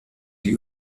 die